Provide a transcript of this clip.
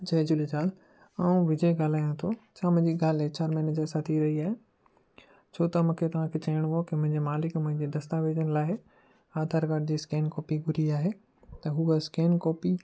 जय झूलेलाल आउं विजय ॻाल्हायां थो छा मुंहिंजी ॻाल्हि एच आर मैनेजर सां थी रही आहे छो त मूंखे तव्हांखे चवणो हुओ कि मुंहिंजे मालिक मुंहिंजे दस्तावेज़नि लाइ आधार काड स्कैन जी कॉपी घुरी आहे त उहा स्कैन कॉपी